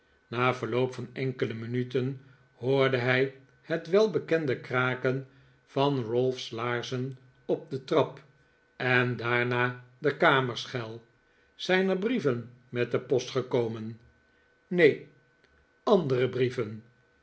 na verloop van enkele minuten hoorde hij het welbekende kraken van ralph's laarzen op de trap en daarna de kamerschel zijn er brieven met de post gekomen neen andere brieven